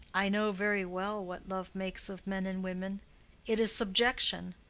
i know very well what love makes of men and women it is subjection.